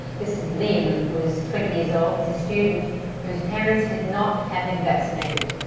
this is liam who is twenty years old. he's a student whose parents did not have him vaccinated.